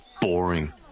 boring